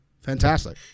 fantastic